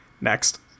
Next